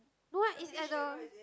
no ah it's at the